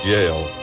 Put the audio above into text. Yale